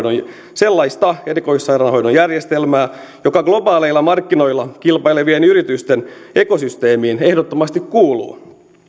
sellaista erikoissairaanhoidon järjestelmää joka globaaleilla markkinoilla kilpailevien yritysten ekosysteemiin ehdottomasti kuuluu